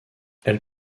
elle